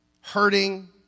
hurting